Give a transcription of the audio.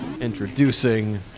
Introducing